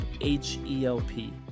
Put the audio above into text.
H-E-L-P